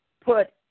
put